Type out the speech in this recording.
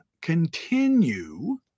continue